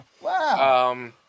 Wow